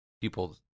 people